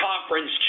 Conference